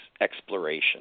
exploration